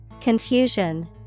Confusion